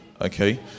Okay